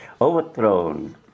overthrown